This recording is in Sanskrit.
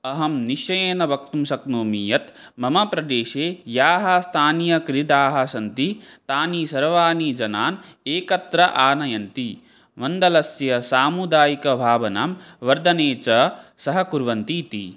अहं निश्चयेन वक्तुं शक्नोमि यत् मम प्रदेशे याः स्थानीयक्रीडाः सन्ति तानि सर्वाणि जनान् एकत्र आनयन्ति मण्डलस्य सामुदायिकभावनां वर्धने च सहकुर्वन्ति इति